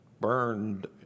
burned